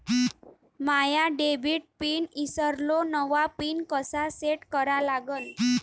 माया debit PIN ईसरलो, नवा PIN कसा सेट करा लागन?